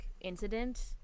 incident